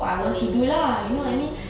doing mmhmm